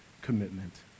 commitment